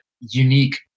unique